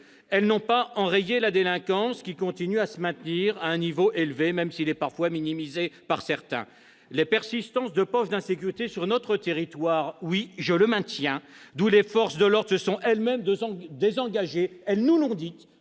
Elles n'ont pas enrayé la délinquance, qui continue de se maintenir à un niveau élevé, même s'il est parfois minimisé par certains. La persistance de poches d'insécurité sur notre territoire- je le maintiens -, d'où les forces de l'ordre se sont elles-mêmes désengagées- elles nous l'ont dit